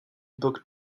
book